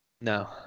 No